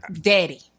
daddy